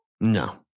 No